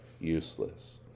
useless